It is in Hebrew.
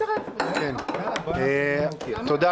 קודם כל,